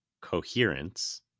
coherence